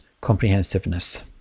comprehensiveness